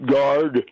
Guard